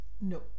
No